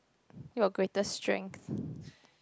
your greatest strength